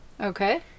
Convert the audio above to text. Okay